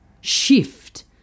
shift